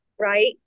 right